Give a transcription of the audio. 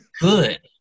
good